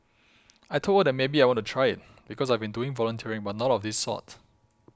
I told her that maybe I want to try it because I've been doing volunteering but not of this sort